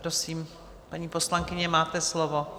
Prosím, paní poslankyně, máte slovo.